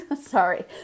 Sorry